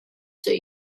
伴随